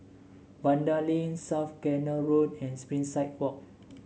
Vanda Link South Canal Road and Springside Walk